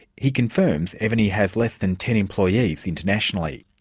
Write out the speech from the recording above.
he confirms evony has less than ten employees internationally.